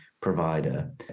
provider